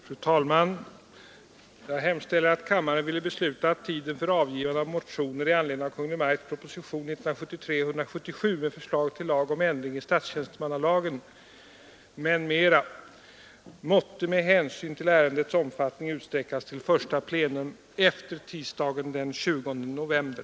Fru talman! Jag tillåter mig hemställa att kammaren ville besluta att tiden för avgivande av motioner i anledning av Kungl. Maj:ts proposition 1973:177 med förslag till lag om ändring i statstjänstemannalagen , m.m. måtte med hänsyn till ärendets omfattning utsträckas till första plenum efter tisdagen den 20 november.